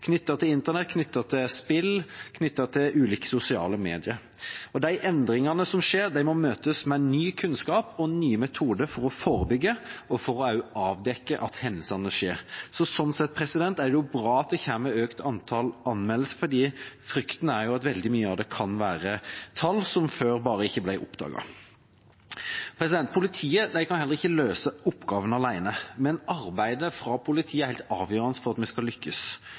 til internett, knyttet til spill, knyttet til ulike sosiale medier. De endringene som skjer, må møtes med ny kunnskap og nye metoder for å forebygge og for å avdekke at hendelsene skjer. Slik sett er det bra at det er et økt antall anmeldelser, for frykten er at veldig mye av det kan være tall som før ikke ble oppdaget. Politiet kan heller ikke løse oppgavene alene, men politiets arbeid er helt avgjørende for at vi skal lykkes.